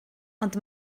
ond